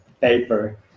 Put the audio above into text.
paper